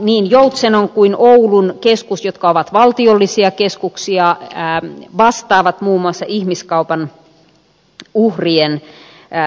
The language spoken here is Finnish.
niin joutsenon kuin oulun keskus jotka ovat valtiollisia keskuksia vastaavat muun muassa ihmiskaupan uhrien vastaanotosta